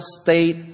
state